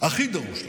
הכי דרוש לך?